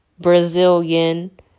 Brazilian